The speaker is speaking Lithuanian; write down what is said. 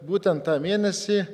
būtent tą mėnesį